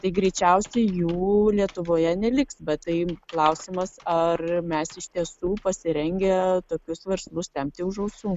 tai greičiausiai jų lietuvoje neliks bet tai klausimas ar mes iš tiesų pasirengę tokius verslus tempti už ausų